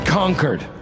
conquered